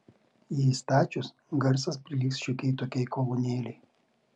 jį įstačius garsas prilygs šiokiai tokiai kolonėlei